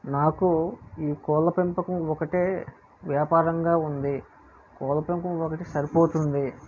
నాకు ఈ కోళ్ళ పెంపకం ఒకటి వ్యాపారంగా ఉంది కోళ్ళ పెంపకం ఒకటి సరిపోతుంది